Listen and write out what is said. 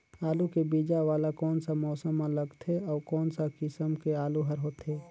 आलू के बीजा वाला कोन सा मौसम म लगथे अउ कोन सा किसम के आलू हर होथे?